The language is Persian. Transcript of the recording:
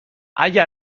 اگه